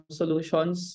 solutions